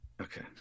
okay